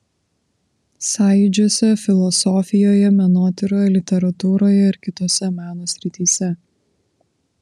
sąjūdžiuose filosofijoje menotyroje literatūroje ir kitose meno srityse